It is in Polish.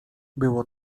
było